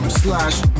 slash